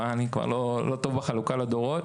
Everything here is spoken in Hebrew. אני כבר לא טוב בחלוקה לדורות.